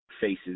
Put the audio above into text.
faces